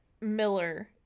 Miller